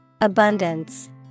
Abundance